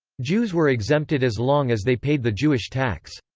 jews were exempted as long as they paid the jewish tax.